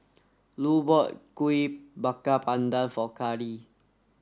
Lu bought Kuih Bakar Pandan For Karlie